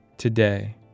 Today